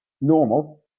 normal